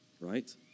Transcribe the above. right